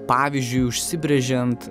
pavyzdžiui užsibrėžiant